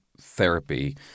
therapy